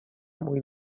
mój